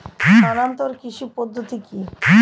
স্থানান্তর কৃষি পদ্ধতি কি?